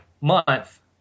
month